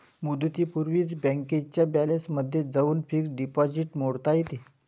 मुदतीपूर्वीच बँकेच्या बॅलन्समध्ये जाऊन फिक्स्ड डिपॉझिट मोडता येते